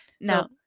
Now